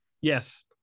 Yes